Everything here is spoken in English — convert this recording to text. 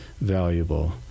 valuable